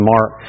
Mark